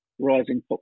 rising